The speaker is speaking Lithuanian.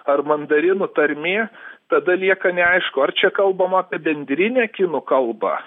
ar mandarinų tarmė tada lieka neaišku ar čia kalbama apie bendrinę kinų kalbą